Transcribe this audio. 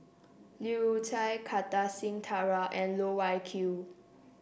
Leu Chye Kartar Singh Thakral and Loh Wai Kiew